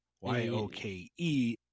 Y-O-K-E